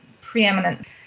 preeminent